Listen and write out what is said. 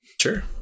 Sure